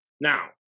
Now